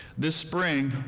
this spring,